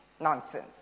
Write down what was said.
Nonsense